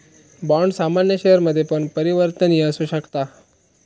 bond सामान्य शेयरमध्ये पण परिवर्तनीय असु शकता